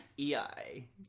EI